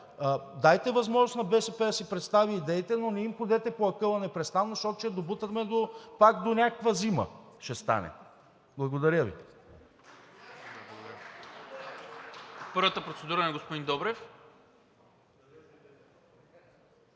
дайте възможност на БСП да си представи идеите, но не им ходете по акъла непрестанно, защото ще я добутаме пак до някаква зима ще стане. Благодаря Ви.